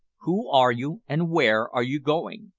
who are you, and where are you going?